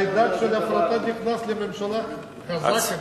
החיידק של ההפרטה נכנס לממשלה חזק.